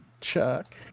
Chuck